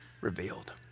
revealed